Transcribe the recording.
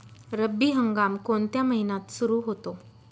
रब्बी हंगाम कोणत्या महिन्यात सुरु होतो?